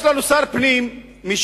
יש לנו שר פנים מש"ס,